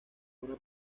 una